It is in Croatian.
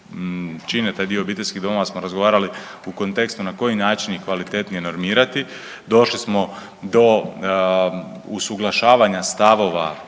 čine taj dio obiteljskih domova smo razgovarali u kontekstu na koji način ih kvalitetnije normirati. Došli smo do usuglašavanja stavova